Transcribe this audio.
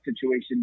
situation